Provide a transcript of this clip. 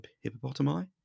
hippopotami